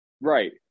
Right